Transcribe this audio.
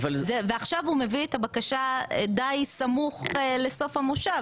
ועכשיו הוא מביא את הבקשה די סמוך לסוף המושב.